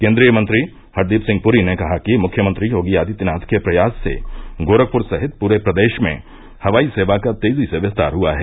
केन्द्रीय मंत्री हरदीप सिंह पुरी ने कहा कि मुख्यमंत्री योगी आदित्यनाथ के प्रयास से गोरखपुर सहित पूरे प्रदेश में हवाई सेवा का तेजी से विस्तर हआ है